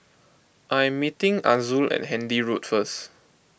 I am meeting Azul at Handy Road first